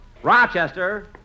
Rochester